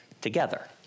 together